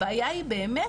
הבעיה היא באמת,